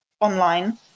online